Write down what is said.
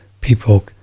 people